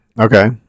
Okay